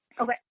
Okay